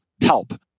help